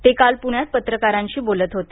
ते काल प्ण्यात पत्रकारांशी बोलत होते